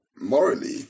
morally